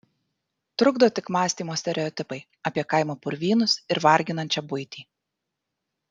trukdo tik mąstymo stereotipai apie kaimo purvynus ir varginančią buitį